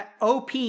OP